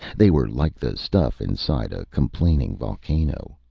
they were like the stuff inside a complaining volcano.